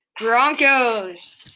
Broncos